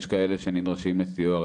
יש כאלה שנדרשים לסיוע רווחה,